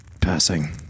passing